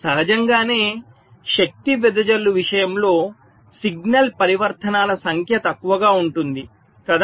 సహజంగానే శక్తి వెదజల్లు విషయంలో సిగ్నల్ పరివర్తనాల సంఖ్య తక్కువగా ఉంటుంది కదా